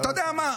אתה יודע מה?